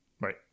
Right